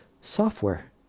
software